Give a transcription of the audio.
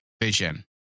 vision